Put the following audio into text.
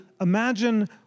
imagine